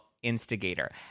instigator